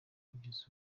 kugeza